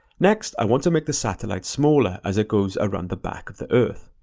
next, i want to make the satellite smaller as it goes around the back of the earth.